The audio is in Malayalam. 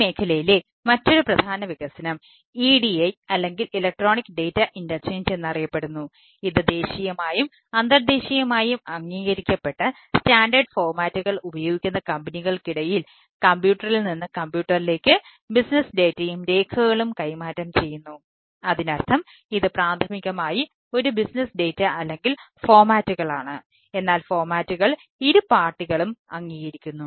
ഈ മേഖലയിലെ മറ്റൊരു പ്രധാന വികസനം EDI അല്ലെങ്കിൽ ഇലക്ട്രോണിക് ഡാറ്റ ഇന്റർചേഞ്ച് ഇരു പാർട്ടികളും അംഗീകരിക്കുന്നു